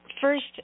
first